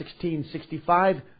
1665